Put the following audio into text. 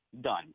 done